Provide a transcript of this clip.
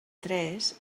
tres